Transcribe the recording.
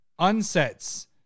unsets